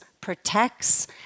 protects